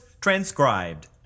transcribed